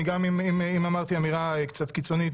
אם אמרתי אמירה קצת קיצונית,